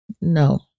no